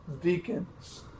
deacons